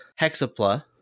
Hexapla